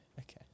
Okay